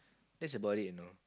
that's about it you know